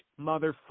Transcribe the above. motherfucker